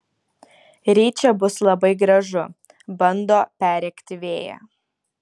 ryt čia bus labai gražu bando perrėkti vėją